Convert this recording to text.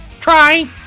try